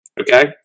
Okay